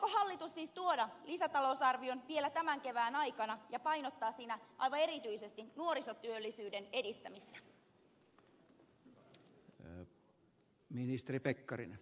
aikooko hallitus siis tuoda lisätalousarvion vielä tämän kevään aikana ja painottaa siinä aivan erityisesti nuorisotyöllisyyden edistämistä